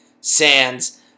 Sands